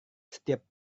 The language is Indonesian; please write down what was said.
setiap